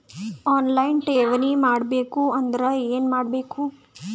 On line ಠೇವಣಿ ಮಾಡಬೇಕು ಅಂದರ ಏನ ಮಾಡಬೇಕು?